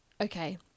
okay